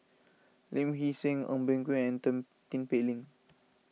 Lee Hee Seng Eng Boh Kee and Tin Pei Ling